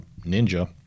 ninja